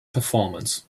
performance